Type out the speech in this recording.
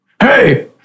Hey